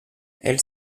elle